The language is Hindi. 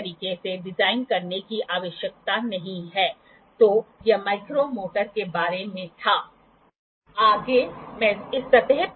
वे इस तरह से डिज़ाइन किए गए हैं कि उन्हें प्लस या माइनस स्थिति में जोड़ा जा सकता है